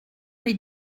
les